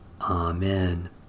Amen